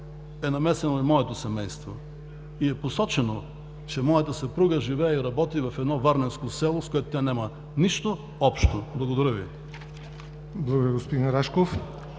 е намесено и моето семейство и е посочено, че моята съпруга живее и работи в едно варненско село, с което тя няма нищо общо. Благодаря Ви. ПРЕДСЕДАТЕЛ ЯВОР